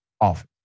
office